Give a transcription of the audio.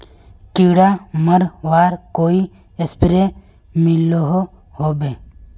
कीड़ा मरवार कोई स्प्रे मिलोहो होबे?